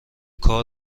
کار